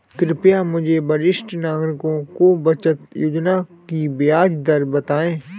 कृपया मुझे वरिष्ठ नागरिकों की बचत योजना की ब्याज दर बताएं